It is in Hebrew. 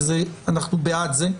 ואנחנו בעד זה,